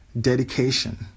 dedication